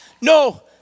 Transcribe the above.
no